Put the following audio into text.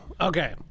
okay